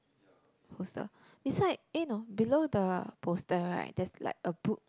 poster beside eh no below the poster right there's like a book